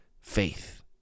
faith